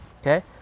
okay